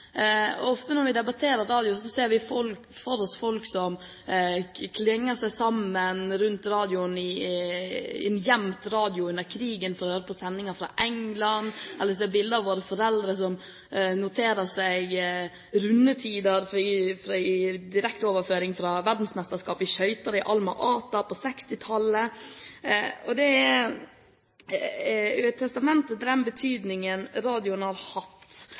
Ofte når vi debatterer radio, ser vi for oss folk som klynger seg sammen rundt en gjemt radio under krigen for å høre på sendinger fra England, eller vi ser bilder av våre foreldre som noterer rundetider fra direkteoverføringene fra verdensmesterskapet på skøyter i Alma Ata på 1960-tallet. Det er testamentet over den betydningen